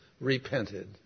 repented